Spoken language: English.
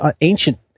ancient